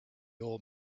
old